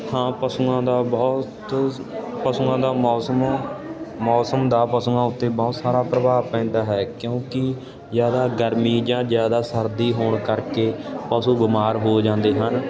ਹਾਂ ਪਸ਼ੂਆਂ ਦਾ ਬਹੁਤ ਪਸ਼ੂਆਂ ਦਾ ਮੌਸਮ ਮੌਸਮ ਦਾ ਪਸ਼ੂਆਂ ਉੱਤੇ ਬਹੁਤ ਸਾਰਾ ਪ੍ਰਭਾਵ ਪੈਂਦਾ ਹੈ ਕਿਉਂਕਿ ਜਿਆਦਾ ਗਰਮੀ ਜਾਂ ਜ਼ਿਆਦਾ ਸਰਦੀ ਹੋਣ ਕਰਕੇ ਪਸ਼ੂ ਬਿਮਾਰ ਹੋ ਜਾਂਦੇ ਹਨ